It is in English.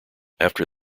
after